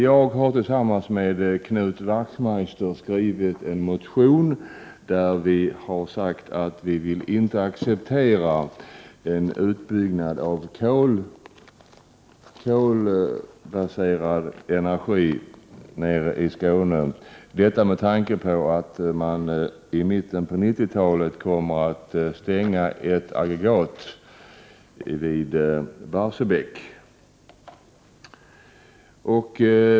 Jag har tillsammans med Knut Wachtmeister väckt en motion i vilken vi säger att vi inte vill acceptera en utbyggnad av kolbaserad energiproduktion i Skåne, då man i mitten av 1990-talet kommer att stänga ett aggregat vid Barsebäck. Fru talman!